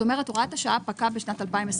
הוראה השעה פקעה ב-21'.